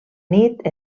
nit